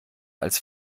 als